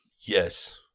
Yes